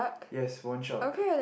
yes one shark